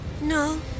No